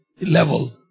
level